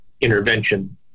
intervention